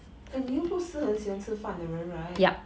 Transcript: eh 你又不是很喜欢吃饭的人 right